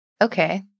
Okay